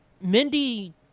Mindy